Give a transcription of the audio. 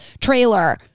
trailer